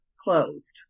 closed